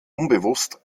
unbewusst